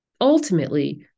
Ultimately